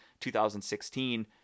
2016